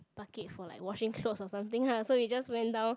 bucket for like washing clothes or something lah so we just went down